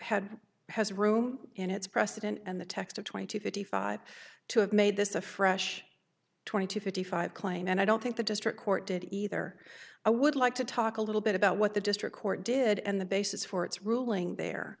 had has room in its precedent and the text of twenty two fifty five to have made this a fresh twenty two fifty five claim and i don't think the district court did either i would like to talk a little bit about what the district court did and the basis for its ruling there